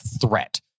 threat